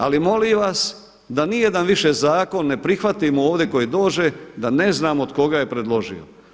Ali molim vas da ni jedan više zakon ne prihvatimo ovdje koji dođe da ne znamo tko ga je predložio.